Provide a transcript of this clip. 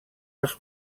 als